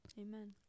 Amen